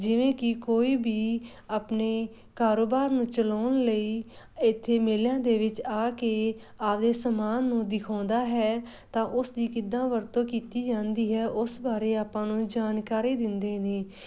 ਜਿਵੇਂ ਕਿ ਕੋਈ ਵੀ ਆਪਣੇ ਕਾਰੋਬਾਰ ਨੂੰ ਚਲਾਉਣ ਲਈ ਇੱਥੇ ਮੇਲਿਆਂ ਦੇ ਵਿੱਚ ਆ ਕੇ ਆਪਦੇ ਸਮਾਨ ਨੂੰ ਦਿਖਾਉਂਦਾ ਹੈ ਤਾਂ ਉਸਦੀ ਕਿੱਦਾਂ ਵਰਤੋਂ ਕੀਤੀ ਜਾਂਦੀ ਹੈ ਉਸ ਬਾਰੇ ਆਪਾਂ ਨੂੰ ਜਾਣਕਾਰੀ ਦਿੰਦੇ ਨੇ